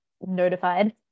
notified